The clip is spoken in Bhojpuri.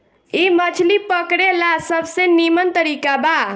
इ मछली पकड़े ला सबसे निमन तरीका बा